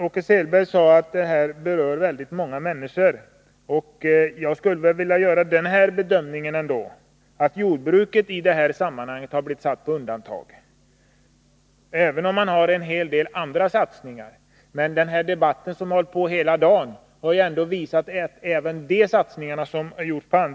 Åke Selberg sade vidare att propositionens förslag berör väldigt många människor, men min bedömning är att jordbruket i det sammanhanget har blivit satt på undantag. Man gör visserligen satsningar på en hel del andra — Nr 144 områden, men den debatt som har pågått under hela dagen har visat att även Tisdagen den dessa satsningar i många fall varit för små.